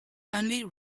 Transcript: only